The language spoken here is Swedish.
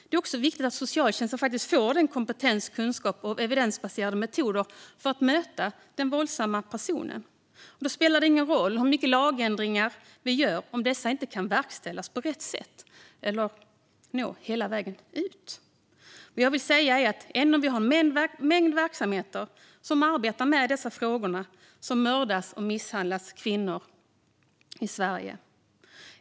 Det är också viktigt att socialtjänsten får kompetens och kunskap om de evidensbaserade arbetsmetoder som krävs för att möta den våldsamma personen. Det spelar ingen roll hur mycket lagändringar vi gör om dessa inte kan verkställas på rätt sätt eller når hela vägen. Även om vi har en mängd verksamheter som arbetar med dessa frågor mördas och misshandlas kvinnor i Sverige.